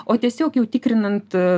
o tiesiog jau tikrinant